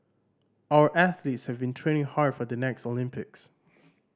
our athletes have been training hard for the next Olympics